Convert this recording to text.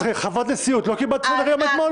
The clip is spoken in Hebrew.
את חברת נשיאות לא קיבלת סדר יום אתמול?